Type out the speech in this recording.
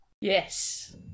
Yes